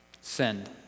Send